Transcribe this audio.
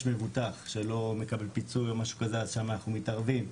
מבוטח שלא מקבל פיצוי או משהו כזה - שם אנחנו מתערבים.